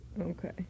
Okay